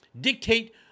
dictate